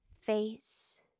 face